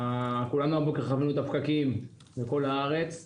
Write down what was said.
כולנו הבוקר חווינו את הפקקים בכל הארץ,